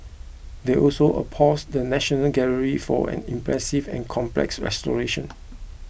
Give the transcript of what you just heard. they also applauded the National Gallery for an impressive and complex restoration